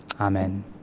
Amen